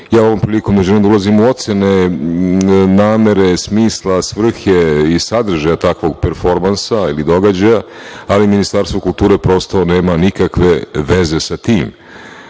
Ja ovom prilikom ne želim da ulazim u ocene namere, smisla, svrhe i sadržaja takvog performansa ili događaja, ali Ministarstvo kulture prosto nema nikakve veze sa